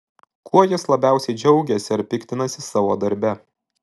kuo jis labiausiai džiaugiasi ar piktinasi savo darbe